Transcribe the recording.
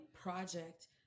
project